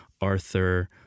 Arthur